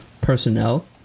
personnel